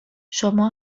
شما